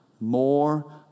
more